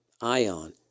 ion